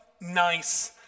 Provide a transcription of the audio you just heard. nice